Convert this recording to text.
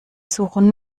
suchen